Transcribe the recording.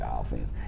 offense